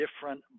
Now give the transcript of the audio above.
different